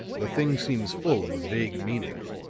the thing seems full of a vague meaning,